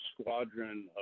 squadron